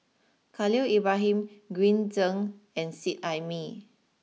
Khalil Ibrahim Green Zeng and Seet Ai Mee